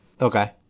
Okay